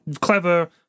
clever